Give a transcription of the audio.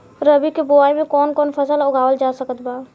रबी के बोआई मे कौन कौन फसल उगावल जा सकत बा?